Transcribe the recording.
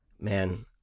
Man